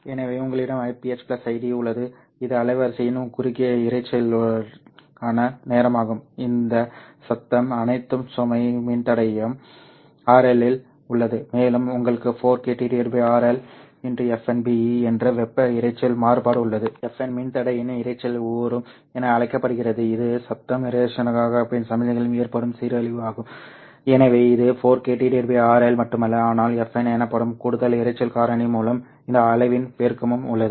எனவே உங்களிடம் Iph Id உள்ளது இது அலைவரிசையின் குறுகிய இரைச்சலுக்கான நேரமாகும் இந்த சத்தம் அனைத்தும் சுமை மின்தடையம் RL இல் உள்ளது மேலும் உங்களுக்கு 4kT RL x Fn Be என்ற வெப்ப இரைச்சல் மாறுபாடு உள்ளது Fn மின்தடையின் இரைச்சல் உரும் என அழைக்கப்படுகிறது இது சத்தம் ரேஷனுக்கான சமிக்ஞையில் ஏற்படும் சீரழிவு ஆகும் எனவே இது 4kTRL மட்டுமல்ல ஆனால் Fn எனப்படும் கூடுதல் இரைச்சல் காரணி மூலம் இந்த அளவின் பெருக்கமும் உள்ளது